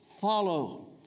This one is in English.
follow